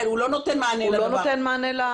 כן, הוא לא נותן מענה ל --- הוא לא נותן מענה.